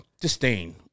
disdain